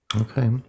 Okay